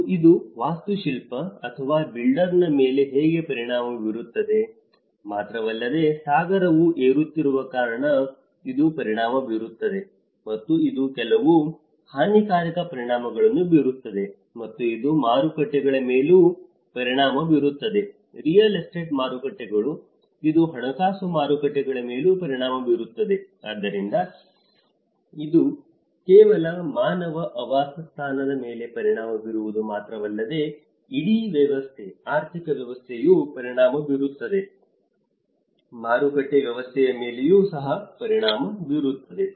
ಮತ್ತು ಇದು ವಾಸ್ತುಶಿಲ್ಪಿ ಅಥವಾ ಬಿಲ್ಡರ್ನ ಮೇಲೆ ಹೇಗೆ ಪರಿಣಾಮ ಬೀರುತ್ತದೆ ಮಾತ್ರವಲ್ಲದೆ ಸಾಗರವು ಏರುತ್ತಿರುವ ಕಾರಣ ಇದು ಪರಿಣಾಮ ಬೀರುತ್ತದೆ ಮತ್ತು ಇದು ಕೆಲವು ಹಾನಿಕಾರಕ ಪರಿಣಾಮಗಳನ್ನು ಬೀರುತ್ತದೆ ಮತ್ತು ಇದು ಮಾರುಕಟ್ಟೆಗಳ ಮೇಲೂ ಪರಿಣಾಮ ಬೀರಬಹುದು ರಿಯಲ್ ಎಸ್ಟೇಟ್ ಮಾರುಕಟ್ಟೆಗಳು ಇದು ಹಣಕಾಸು ಮಾರುಕಟ್ಟೆಗಳ ಮೇಲೂ ಪರಿಣಾಮ ಬೀರುತ್ತದೆ ಆದ್ದರಿಂದ ಇದು ಕೇವಲ ಮಾನವ ಆವಾಸಸ್ಥಾನದ ಮೇಲೆ ಪರಿಣಾಮ ಬೀರುವುದು ಮಾತ್ರವಲ್ಲದೆ ಇಡೀ ವ್ಯವಸ್ಥೆ ಆರ್ಥಿಕ ವ್ಯವಸ್ಥೆಯು ಪರಿಣಾಮ ಬೀರುತ್ತದೆ ಮಾರುಕಟ್ಟೆ ವ್ಯವಸ್ಥೆಯ ಮೇಲೆಯೂ ಸಹ ಪರಿಣಾಮ ಬೀರುತ್ತದೆ